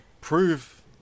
prove